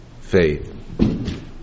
faith